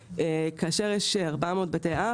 כאשר יש 400 בתי אב,